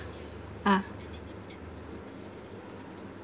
ah